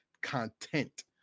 content